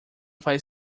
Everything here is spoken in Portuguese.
faz